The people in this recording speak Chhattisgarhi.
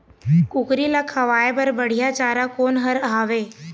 कुकरी ला खवाए बर बढीया चारा कोन हर हावे?